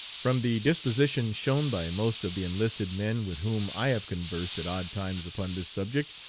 from the disposition shown by most of the enlisted men with whom i have conversed at odd times upon this subject,